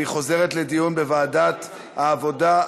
והיא חוזרת לדיון בוועדת העבודה,